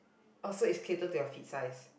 oh so is catered to your feet size